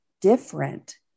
different